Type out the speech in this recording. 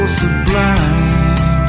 sublime